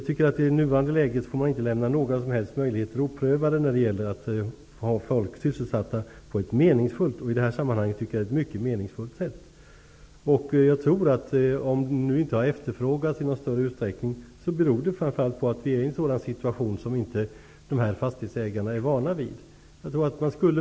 I nuvarande läge får man inte lämna några som helst möjligheter oprövade när det gäller att få folk sysselsatta på ett meningsfullt sätt -- i det här sammanhanget mycket meningsfullt. Om detta arbete nu inte har efterfrågats i någon större utsträckning beror det framför allt på att vi är i en sådan situation som de här fastighetsägarna inte är vana vid.